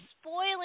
spoiling